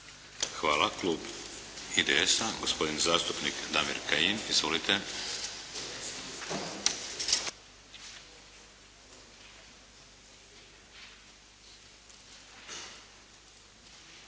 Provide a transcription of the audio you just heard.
Hvala. Klub IDS-a, gospodin zastupnik Damir Kajin. Izvolite.